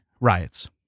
riots